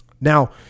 Now